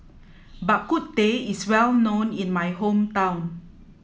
bak kut teh is well known in my hometown